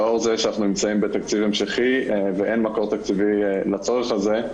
לאור זה שאנחנו נמצאים בתקציב המשכי ואין מקור תקציבי לצורך הזה,